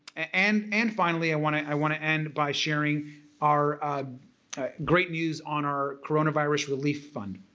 and and finally, i want to i want to end by sharing our great news on our coronavirus relief fund.